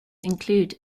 include